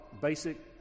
basic